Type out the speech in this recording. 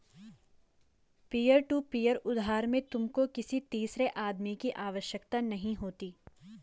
peer to peer उधार में तुमको किसी तीसरे आदमी की आवश्यकता नहीं होती